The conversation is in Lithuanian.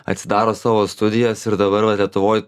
atsidaro savo studijas ir dabar va lietuvoj